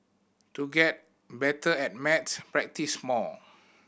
to get better at maths practise more